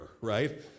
right